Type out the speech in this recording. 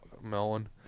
melon